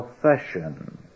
profession